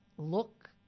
look